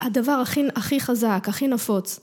הדבר הכי חזק הכי נפוץ